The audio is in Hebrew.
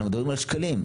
אנחנו מדברים על שקלים,